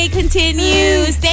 continues